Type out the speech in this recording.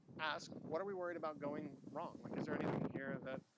ask what are we worried about going wrong? like is there anything here that,